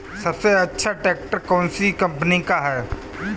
सबसे अच्छा ट्रैक्टर कौन सी कम्पनी का है?